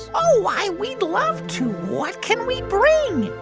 oh, why, we'd love to. what can we bring?